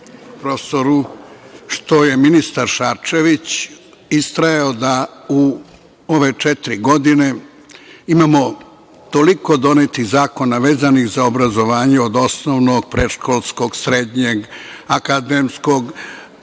profesoru što je ministar Šarčević istrajao da u ove četiri godine imamo toliko donetih zakona vezanih za obrazovanje, od osnovnog, predškolskog, srednjeg, akademskog,